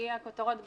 היא הכותרות בעיתון.